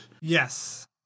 Yes